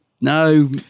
no